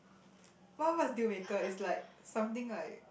what what's deal maker it's like something like